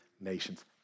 nations